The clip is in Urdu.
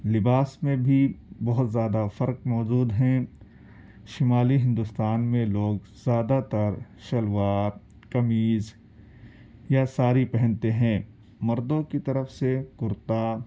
لباس میں بھی بہت زیادہ فرق موجود ہیں شمالی ہندوستان میں لوگ زیادہ تر شلوار قمیض یا ساڑھی پہنتے ہیں مردوں کی طرف سے کُرتا